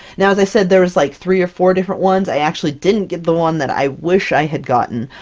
now as i said, there was like three or four different ones. i actually didn't get the one that i wish i had gotten,